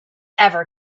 ever